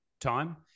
time